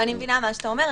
אני מבינה מה שאתה אומר,